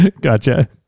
gotcha